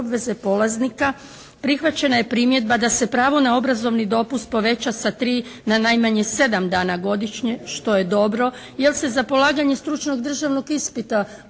obveze polaznika prihvaćena je primjedba da se pravo na obrazovni dopust poveća sa 3 na najmanje 7 dana godišnje što je dobro, jer se za polaganje stručnog državnog ispita